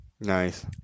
Nice